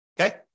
okay